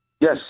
Yes